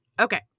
Okay